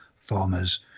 farmers